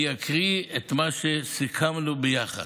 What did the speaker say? אני אקריא את מה שסיכמנו ביחד.